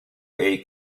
est